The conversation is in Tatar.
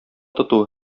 тоту